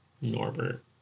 Norbert